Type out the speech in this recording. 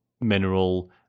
mineral